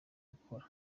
gukora